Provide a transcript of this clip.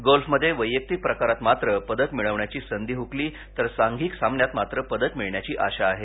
गोल्फमधे वैयक्तिक प्रकारात मात्र पदक मिळवण्याची संधी हुकली तर सांधिक सामन्यात मात्र पदक मिळण्याची आशा आहे